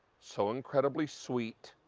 so incredibly sweet.